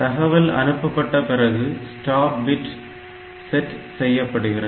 தகவல் அனுப்பப்பட்ட பிறகு ஸ்டாப் பிட் செட் செய்யப்படுகிறது